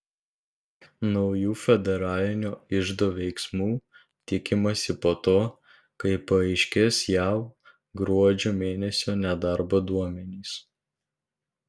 naujų federalinio iždo veiksmų tikimasi po to kai paaiškės jav gruodžio mėnesio nedarbo duomenys